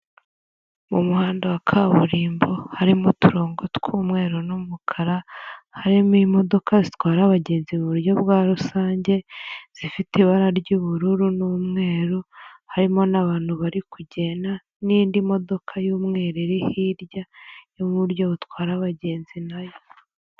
Mu muhanda wa kaburimbo harimo uturongo tw'umweru n'umukara, harimo imodoka zitwara abagenzi mu buryo bwa rusange zifite ibara ry'ubururu n'umweru, harimo n'abantu bari kugenda n'indi modoka y'umweru iri hirya y'uburyo batwara abagenzi na yo.